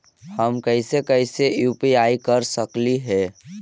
हम कैसे कैसे यु.पी.आई कर सकली हे?